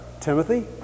Timothy